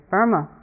Burma